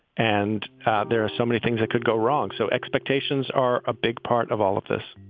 and there are so many things that could go wrong so expectations are a big part of all of this